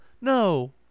No